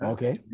Okay